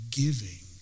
giving